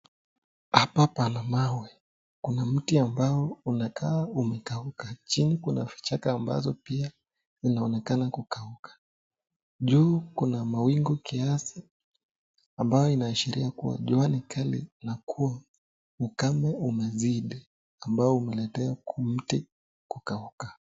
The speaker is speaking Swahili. Hapa pana mawe, kuna mti ambao unakaa unakauka, chini kuna vichaka ambazo pia inaonekana kukauka. Juu kuna mawingu kiasi, ambayo inaashiria kua jua ni kali na kua ukame umezidi ambao umeletea mti kukauka.